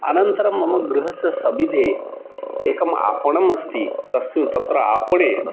अनन्तरं मम गृहस्य सविधे एकम् आपणमस्ति तस्य तत्र आपणे